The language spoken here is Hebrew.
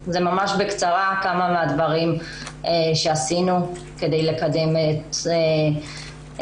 זה ממש בקצרה כמה מן הדברים שעשינו כדי לקדם את הנושא,